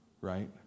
right